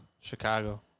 Chicago